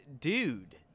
dude